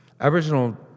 Aboriginal